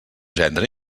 gendre